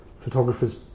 photographers